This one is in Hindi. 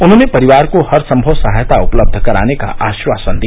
उन्होंने परिवार को हरसंभव सहायता उपलब्ध कराने का आश्वासन दिया